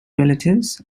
relatives